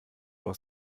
aus